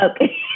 okay